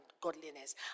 godliness